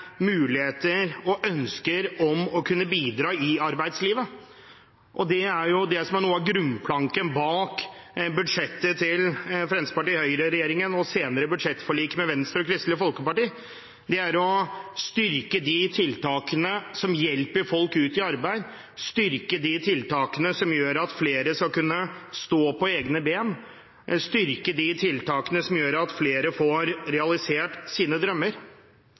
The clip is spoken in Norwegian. muligheter og ønsker om å kunne bidra i arbeidslivet. Det er jo det som er noe av grunnplanken bak budsjettet til Høyre–Fremskrittsparti-regjeringen, og senere budsjettforliket med Venstre og Kristelig Folkeparti: å styrke de tiltakene som hjelper folk ut i arbeid, styrke de tiltakene som gjør at flere skal kunne stå på egne ben, styrke de tiltakene som gjør at flere får realisert sine drømmer.